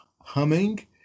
humming